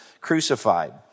crucified